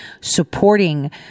supporting